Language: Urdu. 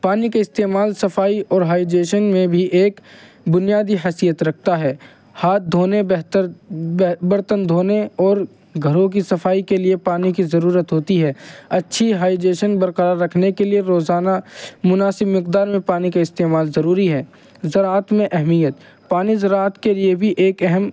پانی کے استعمال صفائی اور ہائیجیشن میں بھی ایک بنیادی حیثیت رکھتا ہے ہاتھ دھونے بہتر برتن دھونے اور گھروں کی صفائی کے لیے پانی کی ضرورت ہوتی ہے اچھی ہائیجیشن برقرار رکھنے کے لیے روزانہ مناسب مقدار میں پانی کا استعمال ضروری ہے زراعت میں اہمیت پانی زراعت کے لیے بھی ایک اہم